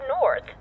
north